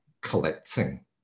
collecting